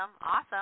Awesome